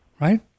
right